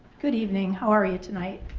good evening. how are you tonight?